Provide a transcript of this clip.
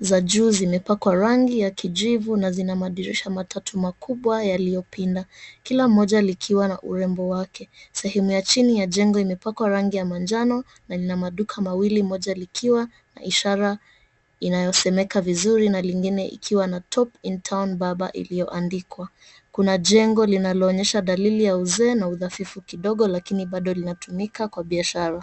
Za juu zimepakwa rangi ya kijivu na zina madirisha matatu makubwa yaliyopinda kila moja likiwa na urembo wake. Sehemu ya chini ya jengo imepakwa rangi ya manjano na lina maduka mawili moja likiwa na ishara inayosomeka vizuri na lingine ikiwa na "TOP IN TOWN BARBER" iliyoandikwa. Kuna jengo linaloonyesha dalili ya uzee na udhafifu kidogo lakini bado linatumika kwa biashara.